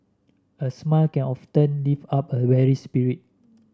a smile can often lift up a weary spirit